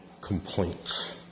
complaints